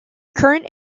current